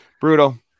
Brutal